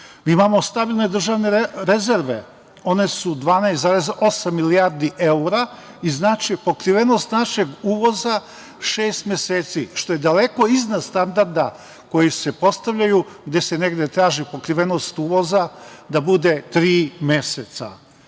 Mi imamo stabilne državne rezerve. One su 12,8 milijardi evra i znače pokrivenost našeg uvoza šest meseci, što je daleko iznad standarda koji se postavljaju, gde se negde traži pokrivenost uvoza da bude tri meseca